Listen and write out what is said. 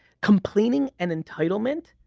complaining and entitlement